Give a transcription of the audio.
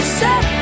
set